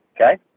Okay